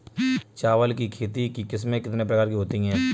चावल की खेती की किस्में कितने प्रकार की होती हैं?